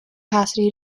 capacity